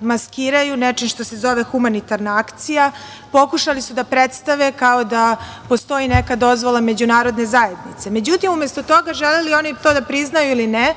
maskiraju, nečim što se zove humanitarna akcija, pokušali su da predstave kao da postoji nema dozvola međunarodne zajednice.Međutim, umesto toga, želi oni to da priznaju ili ne,